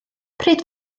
pryd